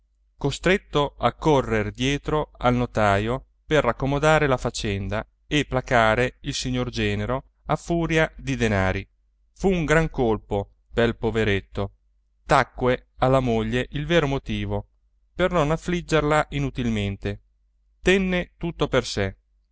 amari costretto a correr dietro al notaio per accomodare la faccenda e placare il signor genero a furia di denari fu un gran colpo pel poveretto tacque alla moglie il vero motivo per non affliggerla inutilmente tenne tutto per sè